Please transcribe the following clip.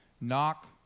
Knock